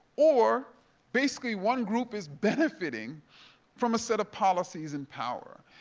or basically, one group is benefiting from a set of policies and power.